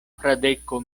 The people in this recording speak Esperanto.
fradeko